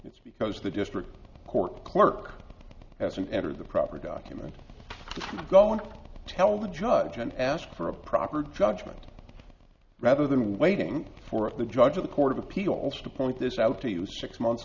it's because the district court clerk hasn't entered the proper documents going to tell the judge and ask for a proper judgment rather than waiting for the judge or the court of appeals to point this out to you six months